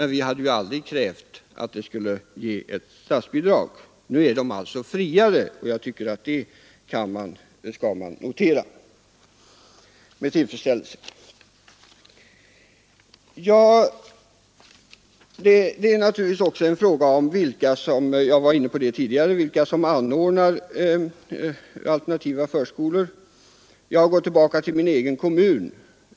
Nu är de friare, och det skall man notera med tillfredsställelse. Frågan gäller naturligtvis också vilka som anordnar alternativa förskolor. Jag går tillbaka till min egen kommun.